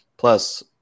plus